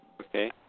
okay